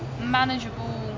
manageable